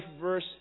verse